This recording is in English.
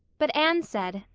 but anne said,